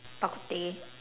bak kut teh